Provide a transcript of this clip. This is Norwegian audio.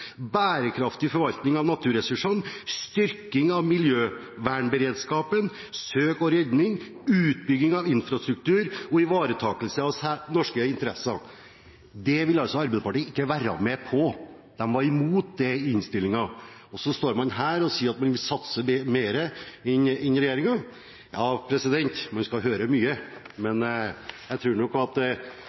bærekraftig forvaltning av naturressursene, styrking av miljøvernberedskapen, søk- og redning, utbyggingen av infrastruktur og ivaretakelse av norske interesser.» Dette vil altså Arbeiderpartiet ikke være med på, de var imot det i innstillingen, og så står man her og sier at man vil satse mer enn regjeringen. Man skal høre mye! Men jeg tror nok at